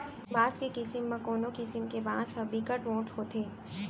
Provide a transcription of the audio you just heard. बांस के किसम म कोनो किसम के बांस ह बिकट मोठ होथे